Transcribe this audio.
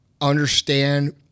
understand